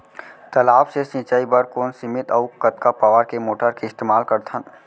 तालाब से सिंचाई बर कोन सीमित अऊ कतका पावर के मोटर के इस्तेमाल करथन?